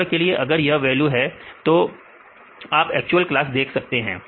उदाहरण के लिए अगर यह वैल्यू है तो आप एक्चुअल क्लास देख सकते हैं